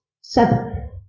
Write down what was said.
seven